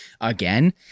again